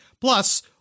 Plus